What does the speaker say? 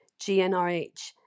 GNRH